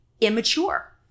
immature